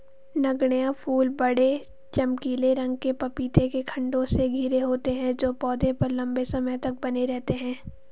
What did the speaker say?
नगण्य फूल बड़े, चमकीले रंग के पपीते के खण्डों से घिरे होते हैं जो पौधे पर लंबे समय तक बने रहते हैं